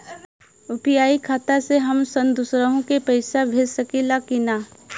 UPI खाता से हम दुसरहु के पैसा भेज सकीला की ना?